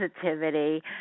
positivity